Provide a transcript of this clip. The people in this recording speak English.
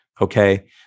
Okay